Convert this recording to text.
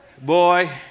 Boy